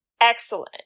Excellent